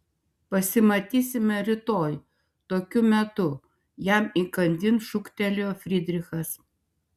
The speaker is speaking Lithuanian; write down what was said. pasimatysime rytoj tokiu metu jam įkandin šūktelėjo frydrichas